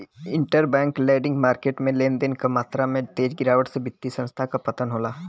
interbank lending market में लेन देन क मात्रा में तेज गिरावट से वित्तीय संस्थान क पतन होला